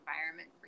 environment